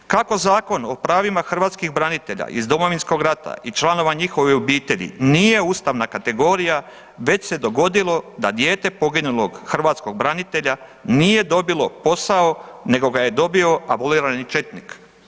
Kako Zakon o pravima hrvatskih branitelja iz Domovinskog rata i članova njihovih obitelji nije ustavna kategorija već se dogodilo da dijete poginulog hrvatskog branitelja nije dobilo posao nego ga je dobio abolirani četnik.